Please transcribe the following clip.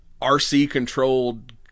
RC-controlled